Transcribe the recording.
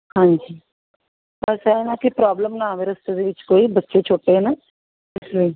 ਹਾਂਜੀ ਬੱਸ ਆਹਾ ਕਿ ਪ੍ਰੋਬਲਮ ਨਾ ਆਵੇ ਰਸਤੇ ਦੇ ਵਿੱਚ ਕੋਈ ਬੱਚੇ ਛੋਟੇ ਆ ਨਾ ਇਸ ਲਈ